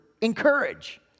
encourage